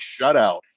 shutout